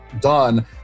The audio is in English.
done